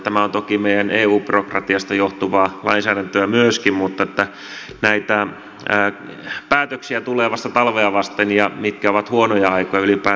tämä on toki meidän eu byrokratiasta johtuvaa lainsäädäntöämme myöskin mutta näitä päätöksiä tulee vasta talvea vasten mitkä ovat huonoja aikoja ylipäätään rakentaa